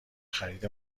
خرید